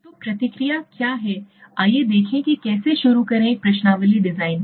तो प्रक्रिया क्या हैं आइए देखें कि कैसे शुरू करें एक प्रश्नावली डिजाइन